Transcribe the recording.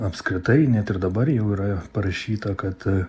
apskritai net ir dabar jau yra parašyta kad